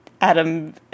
Adam